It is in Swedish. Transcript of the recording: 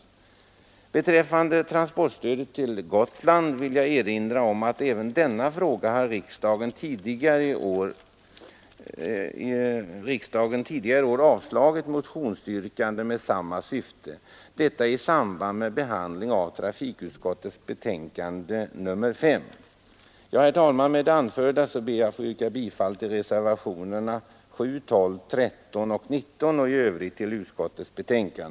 Vad beträffar transportstödet till Gotland vill jag erinra om att riksdagen tidigare i år har avslagit motionsyrkanden i samma syfte, nämligen i samband med behandlingen av trafikutskottets betänkande nr ja Herr talman! Med det anförda ber jag att få yrka bifall till reservationerna 7, 12, 13 och 19 vid inrikesutskottets betänkande samt i övrigt till utskottets hemställan.